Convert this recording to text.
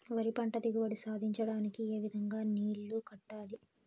వరి పంట దిగుబడి సాధించడానికి, ఏ విధంగా నీళ్లు కట్టాలి?